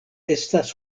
estas